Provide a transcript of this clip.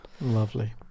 lovely